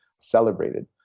celebrated